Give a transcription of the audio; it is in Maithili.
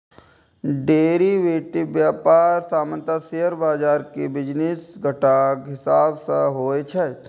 डेरिवेटिव व्यापार सामान्यतः शेयर बाजार के बिजनेस घंटाक हिसाब सं होइ छै